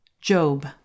Job